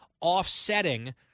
offsetting